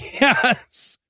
Yes